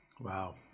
Wow